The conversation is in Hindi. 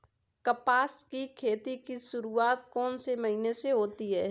कपास की खेती की शुरुआत कौन से महीने से होती है?